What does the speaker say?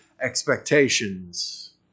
expectations